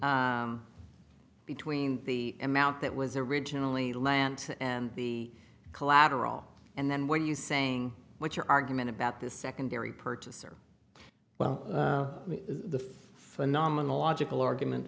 loss between the amount that was originally land and the collateral and then what are you saying what your argument about the secondary purchaser well the phenomenological argument